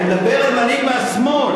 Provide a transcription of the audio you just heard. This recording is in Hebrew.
אני מדבר על מנהיג מהשמאל.